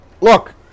look